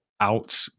out